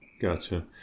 Gotcha